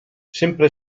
sempre